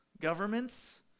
governments